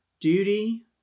duty